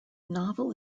novel